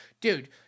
Dude